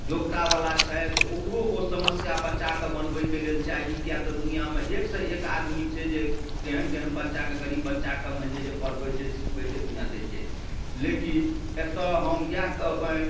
योग्यतावला छथि ओकरो ओ समस्या बच्चाके बनबैके लेल चाही किएक तऽ दुनिआँमे एकसँ एक आदमी छै जे केहन केहन बच्चाके गरीब बच्चाके मानि लिअऽ जे पढ़बै छै सिखबै छै जे दुनिआँ दै छै लेकिन एतऽ हम इएह कहबनि